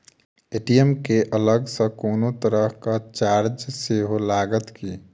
ATM केँ अलग सँ कोनो तरहक चार्ज सेहो लागत की?